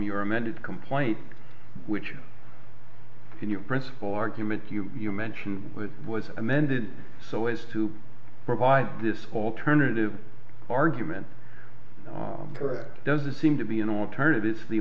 your amended complaint which in your principal argument you you mention was amended so as to provide this alternative argument correct doesn't seem to be an alternative is the